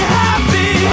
happy